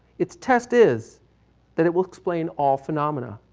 its test is that it will explain all phenomena.